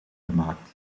gemaakt